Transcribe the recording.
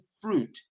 fruit